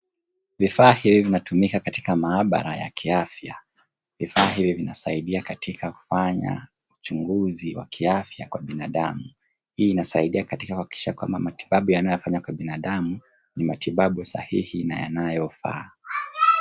Vifaa hivi vinatumika katika maabara ya kiafya. Vifaa hivi vinasaidia katika kufanya uchunguzi wa kiafya kwa binadamu. Hii inasaidia katika kuhakikisha kwamba matibabu yanayofanywa kwa binadamu ni matibabu sahihi na yanayofaa.